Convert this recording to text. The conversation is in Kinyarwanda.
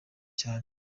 cyane